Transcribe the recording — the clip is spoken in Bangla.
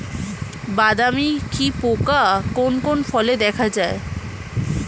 বাদামি কি পোকা কোন কোন ফলে দেখা যায়?